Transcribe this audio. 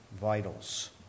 vitals